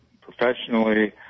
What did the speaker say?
professionally